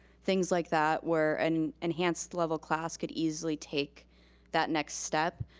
things like that, where an enhanced-level class could easily take that next step.